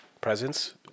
Presence